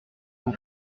vous